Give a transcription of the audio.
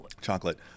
Chocolate